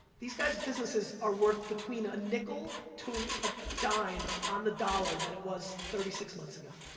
these guys' businesses are worth between a nickel to a dime on the dollar that it was thirty six months ago.